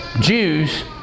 Jews